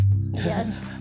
yes